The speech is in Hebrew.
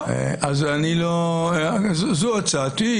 זו הצעתי.